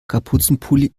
kapuzenpulli